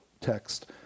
text